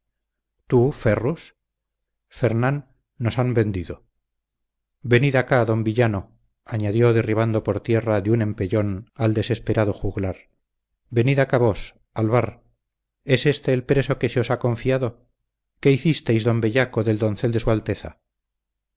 tú ferrus fernán nos han vendido venid acá don villano añadió derribando por tierra de un empellón al desesperado juglar venid acá vos alvar es éste el preso que se os ha confiado qué hicisteis don bellaco del doncel de su alteza